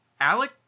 Alec